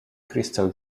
crystal